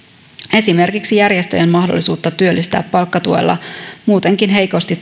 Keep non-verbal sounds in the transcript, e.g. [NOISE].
esimerkiksi järjestöjen mahdollisuutta työllistää palkkatuella muutenkin heikosti [UNINTELLIGIBLE]